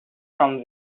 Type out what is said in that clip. from